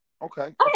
Okay